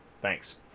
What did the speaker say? Thanks